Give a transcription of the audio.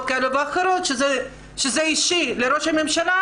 כאלה ואחרות כשזה אישי לראש הממשלה